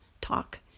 talk